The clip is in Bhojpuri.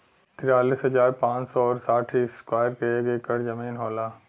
तिरालिस हजार पांच सौ और साठ इस्क्वायर के एक ऐकर जमीन होला